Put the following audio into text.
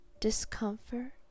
discomfort